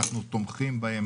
אנחנו תומכים בהם,